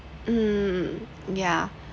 um yeah